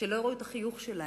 שלא יראו את החיוך שלהם.